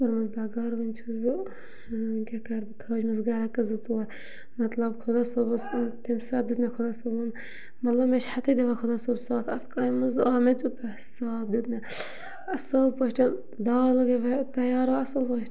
کوٚرمَس بَگار وٕنۍ چھَس بہٕ وَنان وٕنۍ کیٛاہ کَرٕ بہٕ کھاجمَس گَرٮ۪کہٕ زٕ ژور مطلب خۄدا صٲب اوس تَمہِ ساتہٕ دیُت مےٚ خۄدا صٲبَن مطلب مےٚ چھِ دِوان خۄدا صٲب ساتھ اَتھ کامہِ منٛز آو مےٚ تیوٗتاہ ساتھ دیُت مےٚ اَصٕل پٲٹھۍ دال گٔے مےٚ تیار وۄنۍ اَصٕل پٲٹھۍ